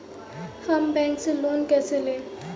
हम बैंक से लोन कैसे लें?